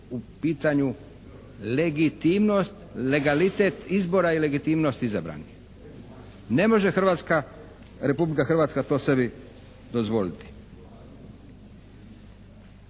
u pitanje legitimnost, legalitet izbora i legitimnost izabranih. Ne može Republika Hrvatska to sebi dozvoliti.